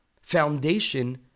foundation